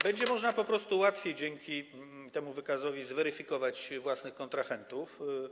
Będzie można po prostu łatwiej dzięki temu wykazowi zweryfikować własnych kontrahentów.